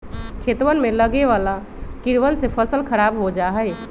खेतवन में लगवे वाला कीड़वन से फसल खराब हो जाहई